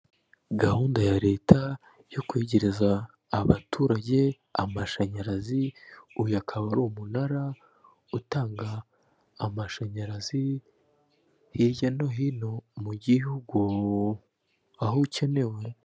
Gahunda ya leta yo kwegereza abaturage amashanyarazi, uyu akaba ari umunara utanga amashanyarazi, hirya no hino mu gihugu aho ukenewe.